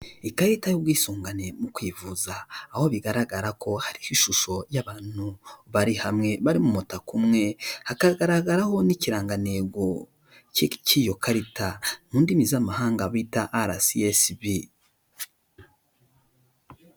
Ikarita y'ubwisungane mu kwivuza aho bigaragara ko hariho ishusho y'abantu bari hamwe bari mu mutaka umwe, hakagaragaraho n'ikirangantego k'iyo karita mu ndimi z'amahanga bita ara esesibi.